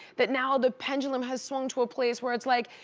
that now the pendulum has swung to a place where it's like,